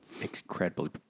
incredibly